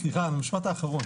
סליחה, המשפט האחרון.